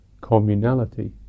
communality